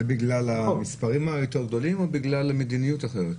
זה בגלל המספרים היותר גדולים או בגלל מדיניות אחרת?